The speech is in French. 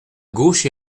gauche